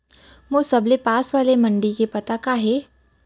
मोर सबले पास वाले मण्डी के पता का हे?